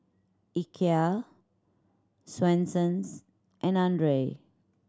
Ikea Swensens and Andre